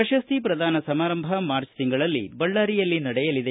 ಪ್ರಶಸ್ತಿ ಪ್ರದಾನ ಸಮಾರಂಭ ಮಾರ್ಚ ತಿಂಗಳಲ್ಲಿ ಬಳ್ಳಾರಿಯಲ್ಲಿ ನಡೆಯಲಿದೆ